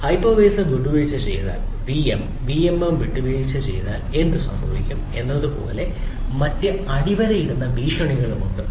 hypervisor വിട്ടുവീഴ്ച ചെയ്താൽ VM VMM വിട്ടുവീഴ്ച ചെയ്താൽ എന്ത് സംഭവിക്കും എന്നതുപോലുള്ള മറ്റ് അടിവരയിടുന്ന ഭീഷണികളും ഉണ്ട്